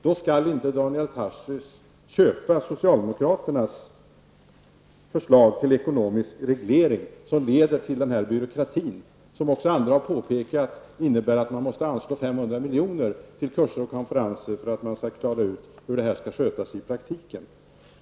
Då skall inte Daniel Tarschys köpa socialdemokraternas förslag till ekonomisk reglering som leder till denna byråkrati. Även andra har påpekat att det kommer att innebära att man måste anslå 500 milj.kr. till kurser och konferenser för att kunna klara ut hur detta skall skötas i praktiken.